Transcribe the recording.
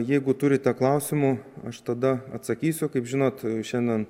jeigu turite klausimų aš tada atsakysiu kaip žinot šiandien